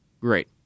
Great